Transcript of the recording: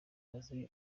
asize